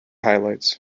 highlights